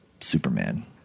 Superman